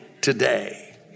today